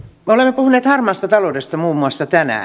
olen unet harmaasta taloudesta muun muassa tänä